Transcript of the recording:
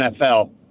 NFL